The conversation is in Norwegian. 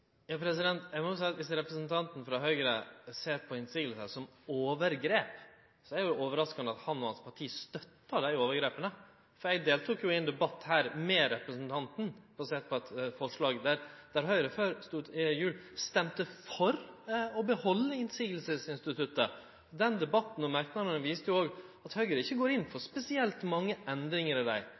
Eg må seie at dersom representanten frå Høgre ser på motsegn som overgrep, er det overraskande at han og hans parti støttar dei overgrepa. Eg deltok i ein debatt her før jul med representanten basert på eit forslag der Høgre stemte for å behalde motsegnsinstituttet. Den debatten og merknadene viste òg at Høgre ikkje går inn for spesielt mange endringar der. Det var ingen av dei